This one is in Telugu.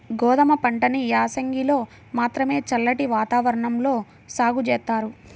గోధుమ పంటని యాసంగిలో మాత్రమే చల్లటి వాతావరణంలో సాగు జేత్తారు